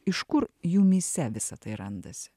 iš kur jumyse visa tai randasi